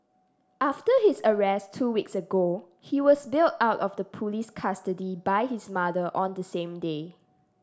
after his arrest two weeks ago he was bailed out of police custody by his mother on the same day